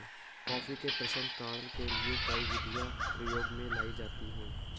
coffee के प्रसंस्करण के लिए कई विधियां प्रयोग में लाई जाती हैं